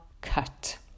cut